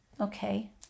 Okay